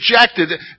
rejected